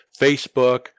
Facebook